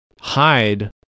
hide